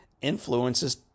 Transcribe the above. influences